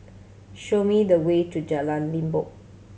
show me the way to Jalan Limbok